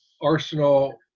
arsenal